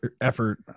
effort